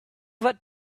that